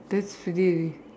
that's really